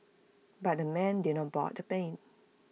but the men did not board the plane